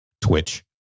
Twitch